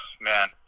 Man